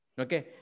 Okay